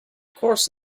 course